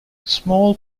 small